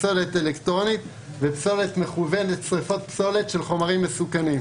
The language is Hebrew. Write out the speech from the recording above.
פסולת אלקטרונית ופסולת מכוונת שריפת פסולת של חומרים מסוכנים.